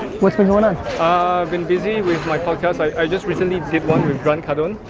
what's been going on? i've been busy with my podcast. i just recently did one with grant cardone.